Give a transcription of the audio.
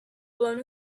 blown